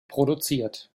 produziert